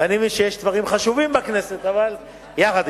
אני מבין שיש דברים חשובים בכנסת, אבל עם זה,